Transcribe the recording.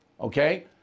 Okay